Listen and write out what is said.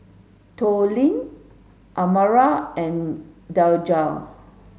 Tollie Amara and Daijah